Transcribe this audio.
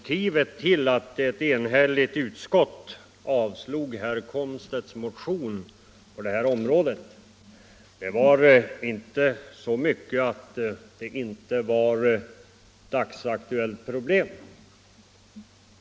Herr talman! Att ett enhälligt utskott avstyrkte herr Komstedts motion på detta område var inte så mycket därför att det inte gällde ett dagsaktuellt problem.